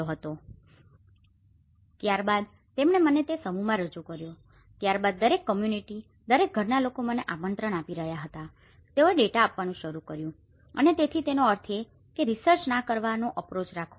મેં કહ્યું કે કૃપા કરી તમે મને મંજૂરી આપો ત્યારબાદ તેમણે મને તે સમૂહમાં રજૂ કર્યો ત્યારબાદ દરેક કમ્યુનીટી દરેક ઘરના લોકો મને આમંત્રણ આપી રહ્યા હતા અને તેઓએ ડેટા આપવાનું શરૂ કર્યું અને તેથી તેનો અર્થ એ છે કે રીસર્ચ ના કરવા નો અપ્રોચ રાખવો